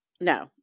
No